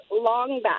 Longback